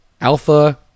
Alpha